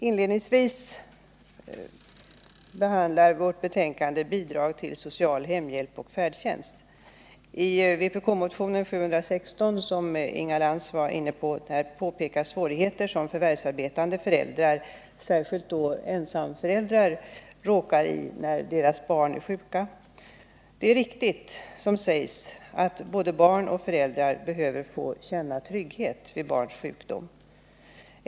I betänkandet behandlas inledningsvis bidrag till social hemhjälp och färdtjänst. I vpk-motionen 716, som Inga Lantz berörde, pekas på de svårigheter som förvärvsarbetande föräldrar, särskilt ensamföräldrar, råkar ut för när deras barn är sjuka. Det är riktigt som sägs, att såväl barn som föräldrar behöver känna trygghet vid barns sjukdom.